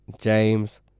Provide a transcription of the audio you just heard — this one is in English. James